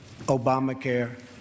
Obamacare